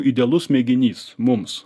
idealus mėginys mums